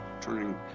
turning